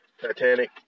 Titanic